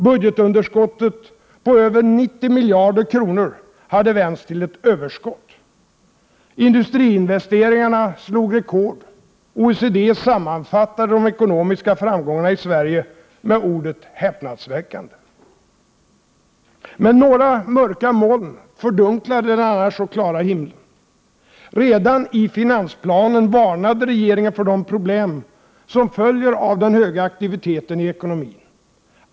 Budgetunderskottet på över 90 miljarder kronor hade vänts till ett överskott. Industriinvesteringarna slog rekord. OECD sammanfattade de ekonomiska framgångarna i Sverige med ordet ”häpnadsväckande”. Men några mörka moln fördunklade den annars så klara himlen. Redan i finansplanen varnade regeringen för de problem som följer av den höga aktiviteten i ekonomin.